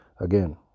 Again